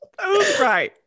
right